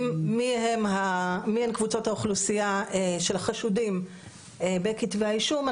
מי הם קבוצות האוכלוסייה של החשודים בכתבי האישום,